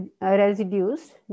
residues